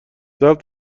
ضبط